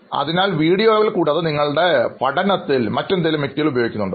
അതിനാൽ വീഡിയോകൾ കൂടാതെ നിങ്ങളുടെ പഠന പ്രവർത്തനത്തിൽ മറ്റെന്തെങ്കിലും മെറ്റീരിയൽ ഉപയോഗിക്കുന്നുണ്ടോ